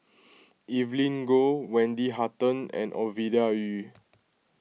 Evelyn Goh Wendy Hutton and Ovidia Yu